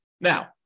Now